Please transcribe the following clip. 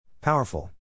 Powerful